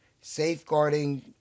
Safeguarding